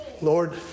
Lord